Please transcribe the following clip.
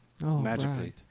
magically